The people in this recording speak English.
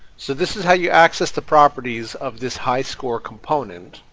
so this is how you access the properties of this high score component.